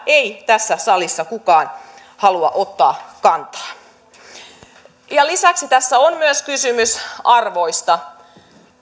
ei tässä salissa kukaan halua ottaa kantaa lisäksi tässä on myös kysymys arvoista